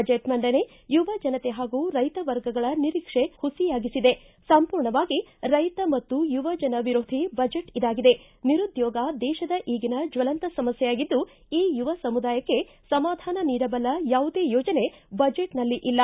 budget ಮಂಡನೆ ಯುವಜನತೆ ಹಾಗೂ ರೈತ ವರ್ಗಗಳ ನಿರೀಕ್ಷೆ ಹುಸಿಯಾಗಿಸಿದೆ ಸಂಪೂರ್ಣವಾಗಿ ರೈತ ಮತ್ತು ಯುವಜನ ವಿರೋಧಿ ಬಜೆಟ್ ಇದಾಗಿದೆ ನಿರುದ್ನೋಗ ದೇಶದ ಈಗಿನ ಜ್ವಲಂತ ಸಮಸ್ತೆಯಾಗಿದ್ದು ಈ ಯುವಸಮುದಾಯಕ್ಕೆ ಸಮಾಧಾನ ನೀಡಬಲ್ಲ ಯಾವುದೇ ಯೋಜನೆ ಬಜೆಟ್ನಲ್ಲಿ ಇಲ್ಲ